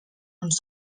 uns